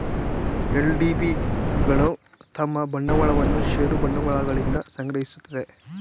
LDB ಗಳು ತಮ್ಮ ಬಂಡವಾಳವನ್ನು ಷೇರು ಬಂಡವಾಳಗಳಿಂದ ಸಂಗ್ರಹಿಸುತ್ತದೆ